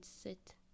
sit